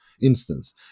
Instance